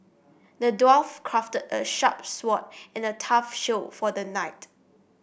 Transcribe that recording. the dwarf crafted a sharp sword and a tough shield for the knight